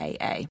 AA